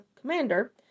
commander